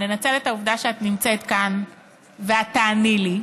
לנצל את העובדה שאת נמצאת כאן ואת תעני לי,